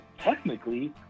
technically